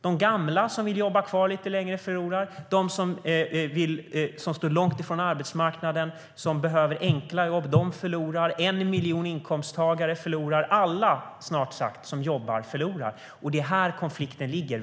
De gamla som vill jobba lite längre förlorar, och de som står långt ifrån arbetsmarknaden och behöver enkla jobb förlorar. 1 miljon inkomsttagare förlorar - snart sagt alla som jobbar förlorar. Det är där konflikten ligger.